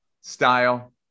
style